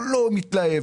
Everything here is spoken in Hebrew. כולו מתלהב.